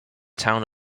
town